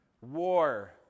war